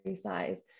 size